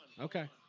Okay